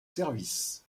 services